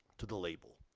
to the label.